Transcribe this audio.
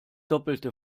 doppelte